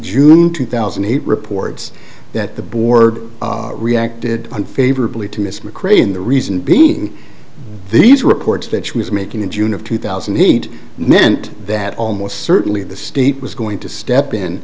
june two thousand and eight reports that the board reacted unfavorably to miss mccrae in the reason being these reports that she was making in june of two thousand and eight meant that almost certainly the state was going to step in